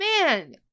man